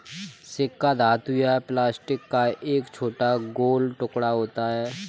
सिक्का धातु या प्लास्टिक का एक छोटा गोल टुकड़ा होता है